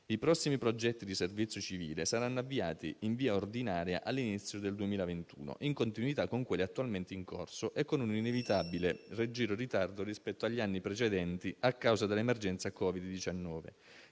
I prossimi progetti di servizio civile saranno avviati in via ordinaria all'inizio del 2021, in continuità con quelli attualmente in corso e con un inevitabile, leggero ritardo rispetto agli anni precedenti a causa dell'emergenza Covid-19.